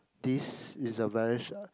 this is a very short